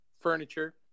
Furniture